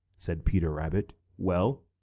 said peter rabbit. well,